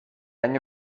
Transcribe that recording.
año